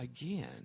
again